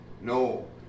no